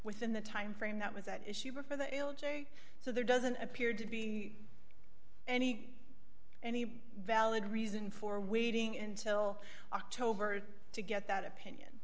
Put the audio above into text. within the timeframe that was that issue or for the l g a so there doesn't appear to be any any valid reason for waiting until october to get that opinion